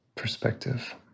perspective